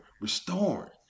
restoring